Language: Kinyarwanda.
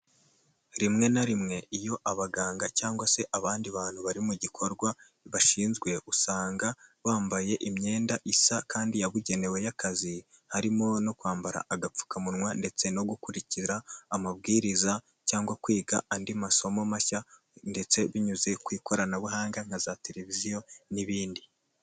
Rimwe na rimwe iyo abaganga cyangwa se abandi bantu bari mu gikorwa bashinzwe usanga bambaye imyenda isa kandi yabugenewe y'akazi harimo no kwambara agapfukamunwa ndetse no gukurikiza amabwiriza cyangwa kwiga andi masomo mashya ndetse binyuze ku ikoranabuhanga nka za televiziyo n'ibindi.